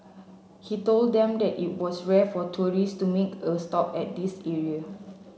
he told them that it was rare for tourist to make a stop at this area